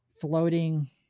floating